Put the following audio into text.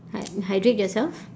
hy~ hydrate yourself